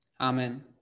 Amen